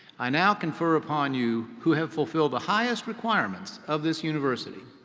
i now confer upon you who have fulfilled the highest requirements of this university.